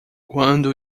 quando